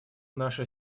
наша